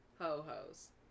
Ho-Hos